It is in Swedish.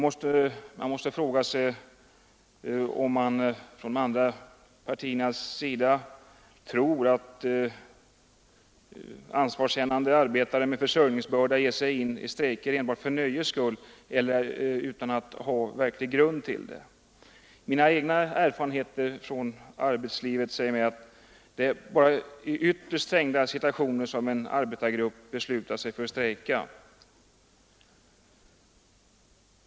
Man måste fråga sig, om de andra partierna tror att ansvarskännande arbetare med försörjningsbörda ger sig in i strejker enbart för nöjes skull utan att ha verklig grund för det. Mina egna erfarenheter från arbetslivet säger mig att det bara är i ytterst trängda situationer som en arbetargrupp beslutar sig för att strejka.